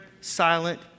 silent